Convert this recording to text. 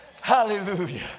Hallelujah